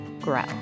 grow